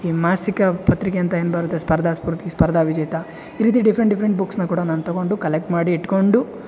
ಈ ಮಾಸಿಕ ಪತ್ರಿಕೆ ಅಂತ ಏನು ಬರುತ್ತೆ ಸ್ಪರ್ಧಾ ಸ್ಪೂರ್ತಿ ಸ್ಪರ್ಧಾ ವಿಜೇತ ಈ ರೀತಿ ಡಿಫ್ರೆಂಟ್ ಡಿಫ್ರೆಂಟ್ ಬುಕ್ಸ್ನ ಕೂಡ ನಾನು ತಗೊಂಡು ಕಲೆಕ್ಟ್ ಮಾಡಿ ಇಟ್ಕೊಂಡು